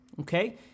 okay